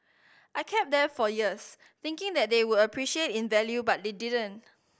I kept them for years thinking that they would appreciate in value but they didn't